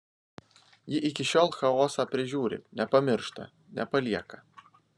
ji iki šiol chaosą prižiūri nepamiršta nepalieka